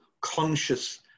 conscious